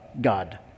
God